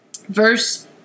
Verse